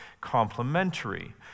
complementary